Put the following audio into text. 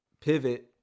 pivot